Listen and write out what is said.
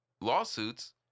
lawsuits